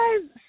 guys